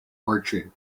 marching